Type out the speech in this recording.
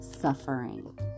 suffering